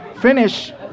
finish